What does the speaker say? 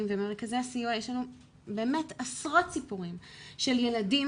ובמרכזי הסיוע יש לנו באמת עשרות סיפורים של ילדים